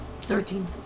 Thirteen